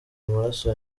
amaraso